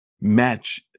match